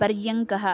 पर्यङ्कः